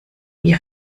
wie